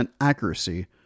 accuracy